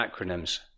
Acronyms